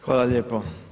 Hvala lijepo.